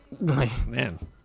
Man